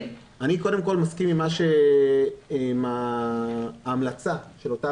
אני קודם כל מסכים עם ההמלצה של אותה